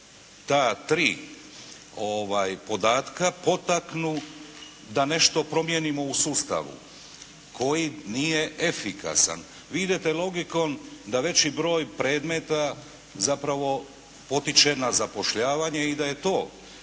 ta tri podatka potaknu da nešto promijenimo u sustavu koji nije efikasan. Vi idete logikom da veći broj predmeta zapravo potiče na zapošljavanje i da je to